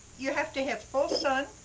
you have to have full sun,